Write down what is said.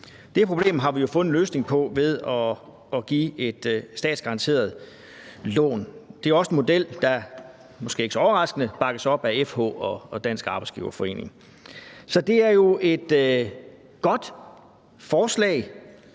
Det problem har vi jo fundet en løsning på ved at give et statsgaranteret lån. Det er også en model, der måske ikke så overraskende bakkes op af FH og Dansk Arbejdsgiverforening. Så det er jo et godt forslag.